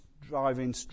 driving